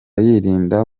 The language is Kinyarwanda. yirinda